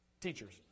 teachers